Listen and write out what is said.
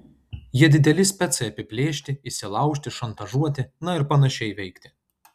jie dideli specai apiplėšti įsilaužti šantažuoti na ir panašiai veikti